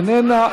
איננה,